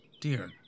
Dear